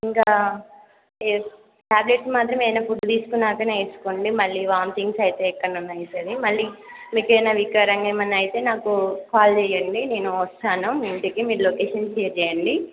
ఇంకా ఈ ట్యాబ్లెట్స్ మాత్రం ఏవైనా ఫుడ్ తీసుకున్నాకనే వేసుకోండి మళ్ళీ వోమిటింగ్స్ అవుతాయి ఎక్కువనన్న అవుతుంది మళ్ళీ మీకేమన్నా వికారంగా ఏమన్నా అయితే నాకు కాల్ చెయ్యండి నేను వస్తాను మీ ఇంటికి మీరు లొకేషన్ షేర్ చెయ్యండి